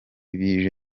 bije